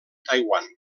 taiwan